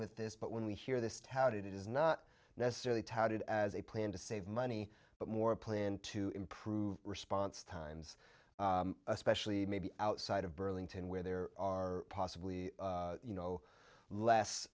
with this but when we hear this tat it is not necessarily touted as a plan to save money but more a plan to improve response times especially maybe outside of burlington where there are possibly you know less